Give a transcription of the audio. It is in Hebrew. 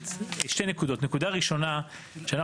כשאת